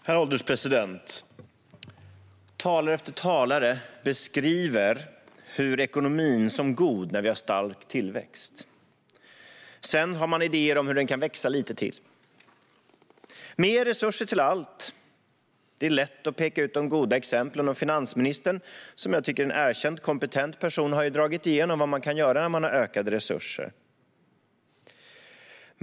Herr ålderspresident! Talare efter talare beskriver ekonomin som god när vi har stark tillväxt. Sedan har de idéer om hur den kan växa lite till: Mer resurser till allt! Det är lätt att peka ut de goda exemplen. Finansministern, som jag tycker är en erkänt kompetent person, har ju gått igenom vad man kan göra när man har ökade resurser.